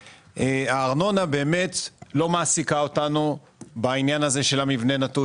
הארנונה באמת לא מעסיקה אותנו בעניין הזה של המבנה הנטוש.